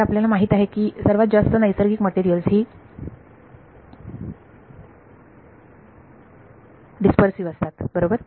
तर आपल्याला माहित आहे की सर्वात जास्त नैसर्गिक मटेरियल्स ही डीस्पर्सीव्ह असतात बरोबर